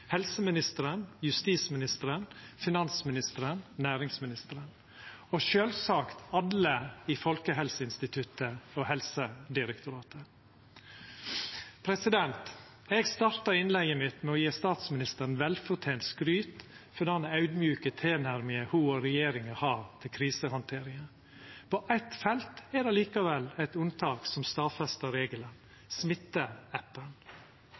helseministeren, justisministeren, finansministeren, næringsministeren – og sjølvsagt alle i Folkehelseinstituttet og Helsedirektoratet. Eg starta innlegget mitt med å gje statsministeren velfortent skryt for dan audmjuke tilnærminga ho og regjeringa har til krisehandteringa. På eitt felt er det likevel eit unntak som